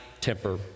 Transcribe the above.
temper